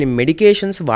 medications